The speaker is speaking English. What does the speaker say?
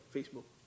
Facebook